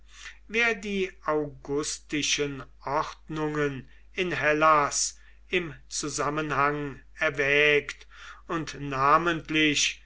wer die augustischen ordnungen in hellas im zusammenhang erwägt und namentlich